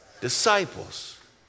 disciples